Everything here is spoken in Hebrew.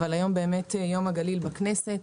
אבל היום יום הגליל בכנסת,